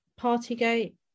Partygate